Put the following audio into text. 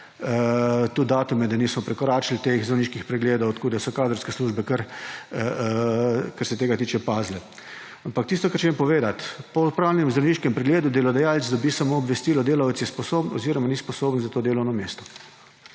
tudi datume, da niso prekoračili teh zdravniških pregledov. Tako da so kadrovske službe, kar se tega tiče, kar pazile. Ampak tisto, kar želim povedati, je, da po opravljenem zdravniškem pregledu delodajalec dobi samo obvestilo, delavec je sposoben oziroma ni sposoben za to delovno mesto.